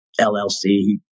LLC